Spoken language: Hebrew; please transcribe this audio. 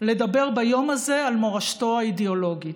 לדבר ביום הזה על מורשתו האידיאולוגית.